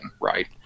Right